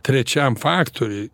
trečiam faktoriui